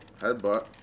Headbutt